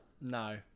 No